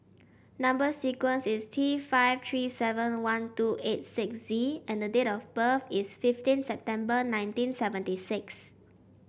number sequence is T five three seven one two eight six Z and the date of birth is fifteen September nineteen seventy six